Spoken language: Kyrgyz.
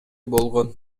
болгон